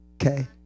Okay